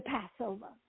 Passover